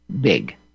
big